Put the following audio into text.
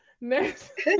next